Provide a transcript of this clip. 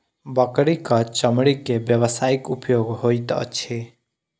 बकरीक चमड़ी के व्यवसायिक उपयोग होइत अछि